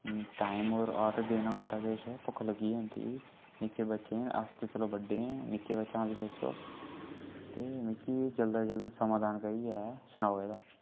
time पर order देना होंदा किश भुक्ख लग्गी दी होंदी निक्के बच्चे न अस ते चलो बड्डे न निक्के बच्चें दा बी किश सोचो ते मिगी एह् जल्द शा जल्द समाधान करियै सनाओ